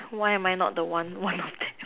why am I not the one one of them